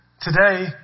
today